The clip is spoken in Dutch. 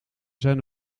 zijn